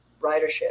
ridership